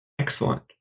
Excellent